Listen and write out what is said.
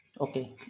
Okay